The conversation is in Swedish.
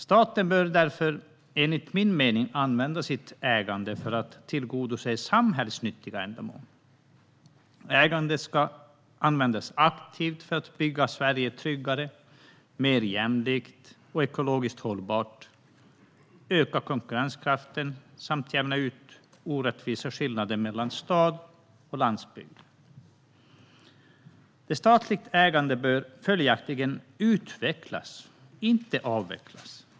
Staten bör därför, enligt min mening, använda sitt ägande för att tillgodose samhällsnyttiga ändamål. Ägandet ska användas aktivt för att bygga Sverige tryggare, mer jämlikt och ekologiskt hållbart, öka konkurrenskraften samt jämna ut orättvisa skillnader mellan stad och landsbygd. Det statliga ägandet bör följaktligen utvecklas, inte avvecklas.